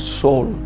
soul